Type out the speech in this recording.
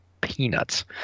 peanuts